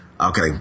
okay